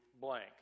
blank